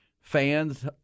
fans